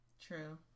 True